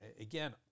Again